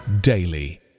daily